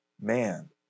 man